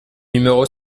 numéro